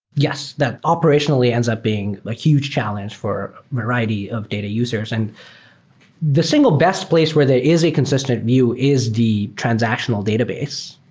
yes. that operationally ends up being a huge challenge for a variety of data users. and the single best place where there is a consistent view is the transactional database,